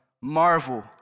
marvel